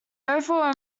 overall